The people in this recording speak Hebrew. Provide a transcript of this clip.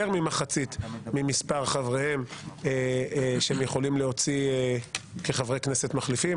ממחצית ממספר חבריהם שהם יכולים להוציא כחברי כנסת מחליפים,